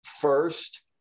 first